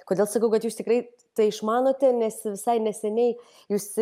kodėl sakau kad jūs tikrai tai išmanote nes visai neseniai jūs